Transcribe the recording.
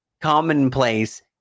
commonplace